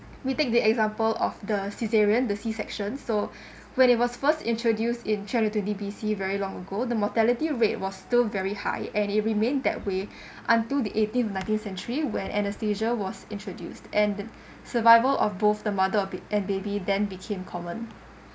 we take the example of the cesarean the C section so when it was first introduced in three hundred twenty B_C very long ago the mortality rate was still very high and it remain that way until the eighteenth nineteenth century where anaesthesia was introduced and survival of both the mother and baby then became common